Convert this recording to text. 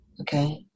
Okay